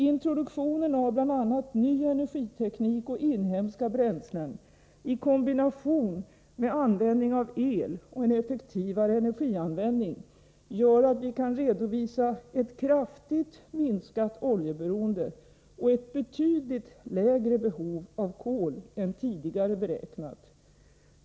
Introduktionen av bl.a. ny energiteknik och inhemska bränslen, i kombination med användning av el och en effektivare energianvändning, gör att vi nu kan redovisa ett kraftigt minskat oljeberoende och ett betydligt mindre behov av kol än tidigare beräknat.